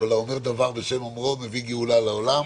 כל האומר דבר בשם אומרו מביא גאולה לעולם.